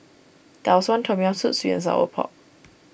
Tau Suan Tom Yam Soup Sweet and Sour Pork